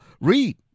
Read